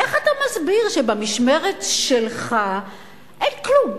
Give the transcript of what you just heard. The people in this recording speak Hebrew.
איך אתה מסביר שבמשמרת שלך אין כלום,